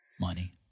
Money